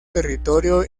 territorio